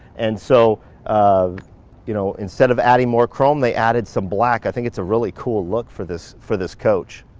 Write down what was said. and so you know instead of adding more chrome, they added some black. i think it's a really cool look for this for this coach.